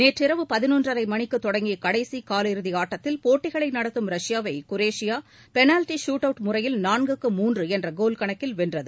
நேற்றிரவு பதினொன்றரை மணிக்குத் தொடங்கிய கடைசி காலிறுதி ஆட்டத்தில் போட்டிகளை நடத்தும் ரஷ்யாவை குரேஷியா பெளாவ்டி ஷூட்அவுட் முறையில் நான்குக்கு மூன்று என்ற கோல் கணக்கில் வென்றது